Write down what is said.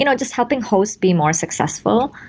you know just helping hosts be more successful.